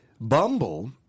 Bumble